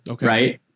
right